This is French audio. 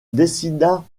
dessina